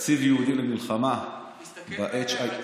תקציב ייעודי למלחמה ב-HIV,